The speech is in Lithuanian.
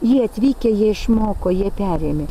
jie atvykę jie išmoko jie perėmė